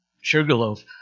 Sugarloaf